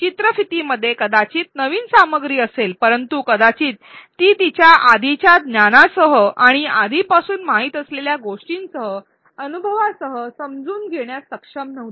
चित्रफितीमध्ये कदाचित नवीन सामग्री असेल परंतु कदाचित ती तिच्या आधीच्या ज्ञानासह आणि आधीपासून माहित असलेल्या गोष्टींसह अनुभवासह समजून घेण्यास सक्षम नव्हती